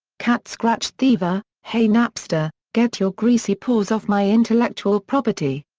cat scratch thiever hey napster, get your greasy paws off my intellectual property.